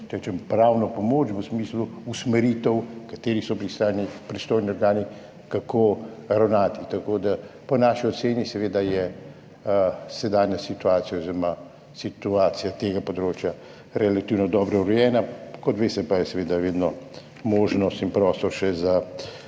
pravno pomoč v smislu usmeritev, kateri so pristojni organi, kako ravnati. Po naši oceni je sedanja situacija oziroma situacija tega področja relativno dobro urejena, kot veste, pa je seveda vedno možnost in prostor še za